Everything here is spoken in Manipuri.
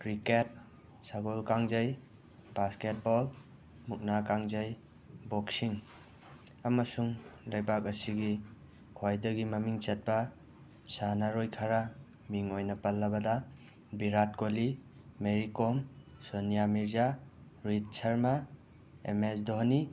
ꯀ꯭ꯔꯤꯀꯦꯠ ꯁꯒꯣꯜ ꯀꯥꯡꯖꯩ ꯕꯥꯁꯀꯦꯠ ꯕꯣꯜ ꯃꯨꯛꯅ ꯀꯥꯡꯖꯩ ꯕꯣꯛꯁꯤꯡ ꯑꯃꯁꯨꯡ ꯂꯩꯕꯥꯛ ꯑꯁꯤꯒꯤ ꯈ꯭ꯋꯥꯏꯗꯒꯤ ꯃꯃꯤꯡ ꯆꯠꯄ ꯁꯥꯟꯅꯔꯣꯏ ꯈꯔ ꯃꯤꯡ ꯑꯣꯏꯅ ꯄꯜꯂꯕꯗ ꯕꯤꯔꯥꯠ ꯀꯣꯂꯤ ꯃꯦꯔꯤ ꯀꯣꯝ ꯁꯅꯤꯌꯥ ꯃꯤꯔꯖꯥ ꯔꯣꯍꯤꯠ ꯁꯔꯃ ꯑꯦꯝ ꯑꯦꯁ ꯙꯣꯅꯤ